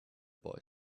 boy